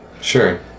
Sure